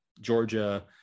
Georgia